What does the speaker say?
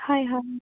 হয় হয়